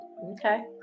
Okay